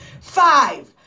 Five